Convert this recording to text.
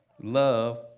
Love